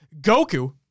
Goku